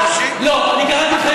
אתה, קראת לי פסולת אנושית?